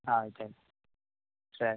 ಹಾಂ ಆಯ್ತು ಸರಿ